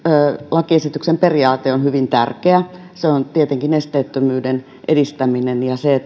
lakiesityksen periaate on hyvin tärkeä se on tietenkin esteettömyyden edistäminen ja se että myös